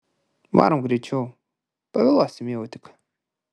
varom greičiau pavėluosim į autiką